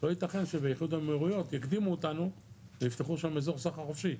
לא ייתכן שבאיחוד האמירויות יקדימו אותנו ויפתחו שם אזור סחר חופשי.